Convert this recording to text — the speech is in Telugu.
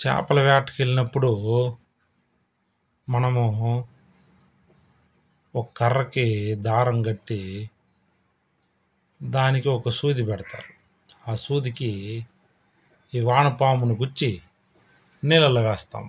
చేపల వేటకి వెళ్ళినప్పుడు మనము ఒక కర్రకి దారం కట్టి దానికి ఒక సూది పెడతాం ఆ సూదికి ఈ వానపామును గుచ్చి నీళ్లలో వేస్తాం